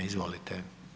Izvolite.